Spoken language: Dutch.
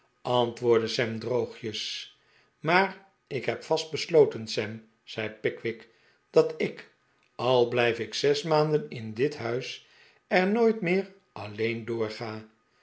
antwoordde sam droogjes maar ik heb vast besloten sam zei pickwick dat ik al blijf ik zes maanden in dit huis er nooit meer alleen doorga